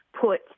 put